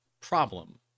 problem